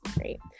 Great